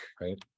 right